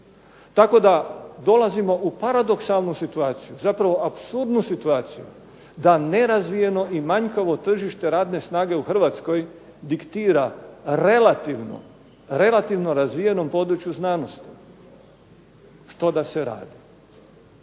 Tako da dolazimo u paradoksalnu situaciju, zapravo apsurdnu situaciju da nerazvijeno i manjkavo tržište radne snage u Hrvatskoj diktira relativno razvijenom području znanosti što da se radi.